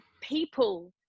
people